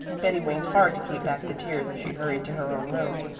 betty winked hard to keep back the tears as she hurried to her own room.